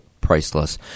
priceless